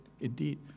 Indeed